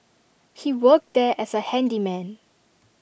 he worked there as A handyman